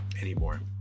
anymore